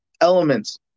elements